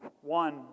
One